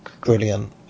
Brilliant